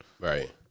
Right